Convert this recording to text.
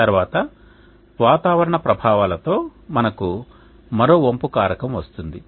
తరువాత వాతావరణ ప్రభావాలతో మనకు మరో వంపు కారకం వస్తుంది